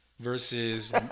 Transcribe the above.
Versus